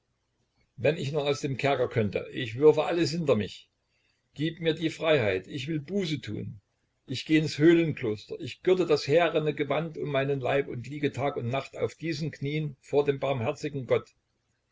wenn ich nur aus dem kerker könnte ich würfe alles hinter mich gib mir die freiheit ich will buße tun ich geh ins höhlenkloster ich gürte das härene gewand um meinen leib ich liege tag und nacht auf diesen knien vor dem barmherzigen gott